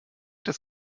das